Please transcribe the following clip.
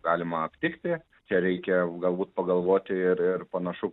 galima aptikti tereikia galbūt pagalvoti ir ir panašu